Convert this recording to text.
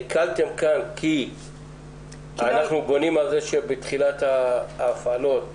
הדרכה כאמור תכלול הסבר על זכויותיהם וצרכיהם של אנשים עם מוגבלות,